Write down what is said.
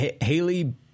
Haley